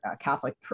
Catholic